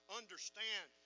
understand